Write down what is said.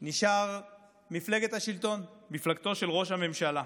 נשארה מפלגת השלטון, מפלגתו של ראש הממשלה.